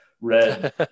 red